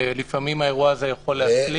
ולפעמים האירוע הזה יכול להסלים.